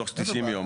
תוך 90 יום.